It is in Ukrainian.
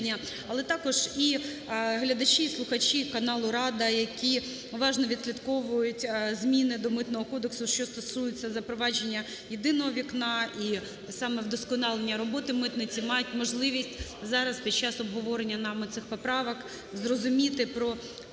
але також і глядачі, і слухачі каналу "Рада", які уважно відслідковують зміни до Митного кодексу, що стосуються запровадження "єдиного вікна" і саме вдосконалення роботи митниці, мають можливість зараз, під час обговорення нами цих поправок зрозуміти про